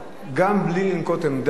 גם בלי לנקוט עמדה,